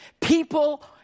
people